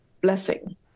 blessing